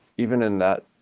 even in that,